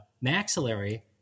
maxillary